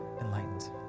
enlightened